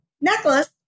necklace